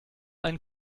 ein